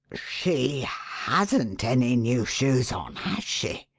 she hasn't any new shoes on, has she?